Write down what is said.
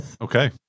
Okay